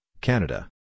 Canada